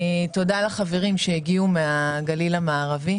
תודה לחברים שהגיעו מהגליל המערבי